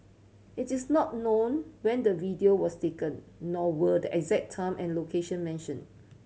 it is not known when the video was taken nor were the exact time and location mention